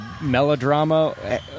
melodrama